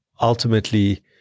ultimately